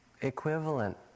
equivalent